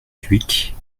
dhuicq